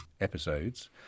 episodes